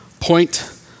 Point